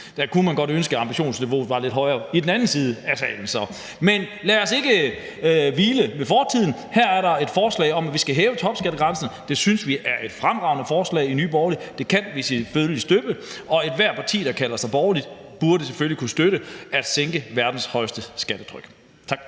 Der kunne man godt ønske, at ambitionsniveauet var lidt højere i den anden side af salen. Men lad os ikke dvæle ved fortiden. Her er der et forslag om, at vi skal hæve topskattegrænsen. Det synes vi i Nye Borgerlige er et fremragende forslag, og det kan vi selvfølgelig støtte. Og ethvert parti, der kalder sig borgerligt, burde selvfølgelig kunne støtte at sænke verdens højeste skattetryk. Tak.